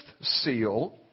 seal